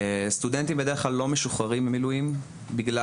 סטודנטים בדרך כלל לא משוחררים ממילואים בגלל